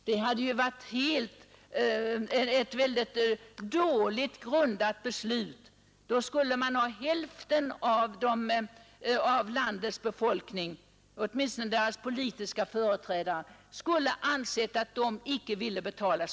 Det hade varit ett mycket däligt grundat beslut. I så fall skulle företrädarna för hälften av landets befolkning ha ansett att de inte vill betala.